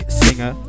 singer